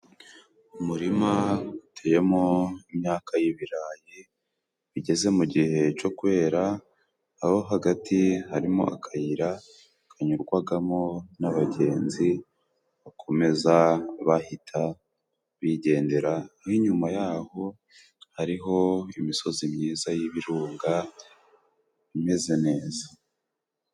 Umurima uteyemo imyaka y'ibirayi bigeze mu gihe co kwera ,aho hagati harimo akayira kanyurwagamo n'abagenzi bakomeza bahita bigendera, inyuma yaho hariho imisozi myiza y'ibirunga imeze neza.